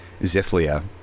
Zithlia